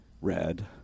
red